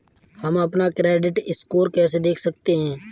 हम अपना credit score कैसे देख सकते हैं?